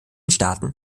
staaten